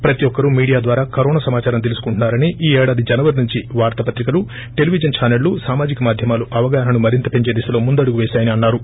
ప్రతి ఒక్కరూ మీడియా ద్యారా కరోన్సమాచారం తెలుసుకుంటున్నారని ఈ ఏడాది జనవరి నుంచి వార్తా పత్రికలు టెలివిజన్ ఛానళ్ళు సామాజిక మాథ్యమాలు అవగాహనను మరింత పెంచే దిశలో ముందడుగు వేశాయని అన్నారు